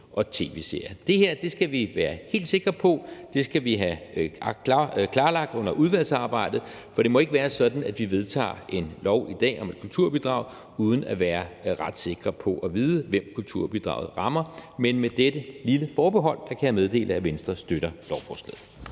og tv-serier. Det her skal vi være helt sikre på, det skal vi have klarlagt under udvalgsarbejdet, for det må ikke være sådan, at vi vedtager en lov i dag om et kulturbidrag uden at være ret sikre på at vide, hvem kulturbidraget rammer. Men med dette lille forbehold kan jeg meddele, at Venstre støtter lovforslaget.